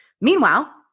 Meanwhile